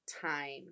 time